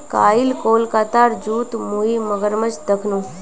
कईल कोलकातार जूत मुई मगरमच्छ दखनू